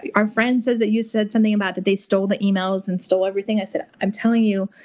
our friend says that you said something about that they stole the emails and stole everything. i said, i'm telling you.